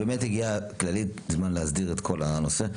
כללית, הגיע הזמן להסדיר את כל הנושא.